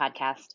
Podcast